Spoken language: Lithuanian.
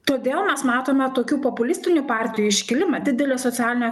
todėl mes matome tokių populistinių partijų iškilimą didelę socialinę